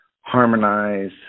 harmonize